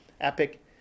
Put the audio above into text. Epic